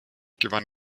gewann